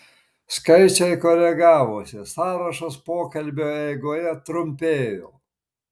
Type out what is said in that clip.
skaičiai koregavosi sąrašas pokalbio eigoje trumpėjo